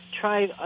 try